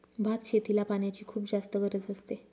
भात शेतीला पाण्याची खुप जास्त गरज असते